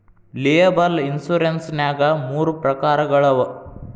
liable insurance ನ್ಯಾಗ್ ಮೂರ ಪ್ರಕಾರಗಳವ